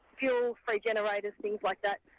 fuel, free generators, things like that.